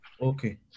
Okay